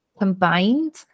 combined